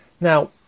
Now